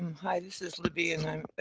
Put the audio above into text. hi, this is libby and i'm.